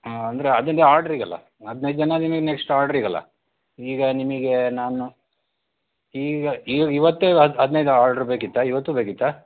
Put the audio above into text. ಹಾಂ ಅಂದರೆ ಅದೊಂದು ಆರ್ಡ್ರಿಗಲ್ಲ ಹದಿನೈದು ಜನ ನಿಮಗೆ ನೆಕ್ಸ್ಟ್ ಆರ್ಡ್ರಿಗಲ್ಲಾ ಈಗ ನಿಮಗೆ ನಾನು ಈಗ ಈಗ ಇವತ್ತೇ ಅದು ಹದಿನೈದು ಆರ್ಡ್ರ್ ಬೇಕಿತ್ತಾ ಇವತ್ತು ಬೇಕಿತ್ತಾ